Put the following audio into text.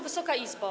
Wysoka Izbo!